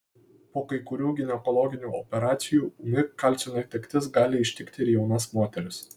po kai kurių ginekologinių operacijų ūmi kalcio netektis gali ištikti ir jaunas moteris